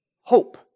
Hope